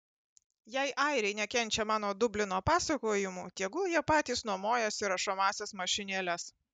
jei airiai nekenčia mano dublino pasakojimų tegu jie patys nuomojasi rašomąsias mašinėles